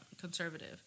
conservative